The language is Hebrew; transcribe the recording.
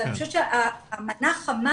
אני חושבת שהמנה החמה